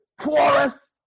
poorest